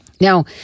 Now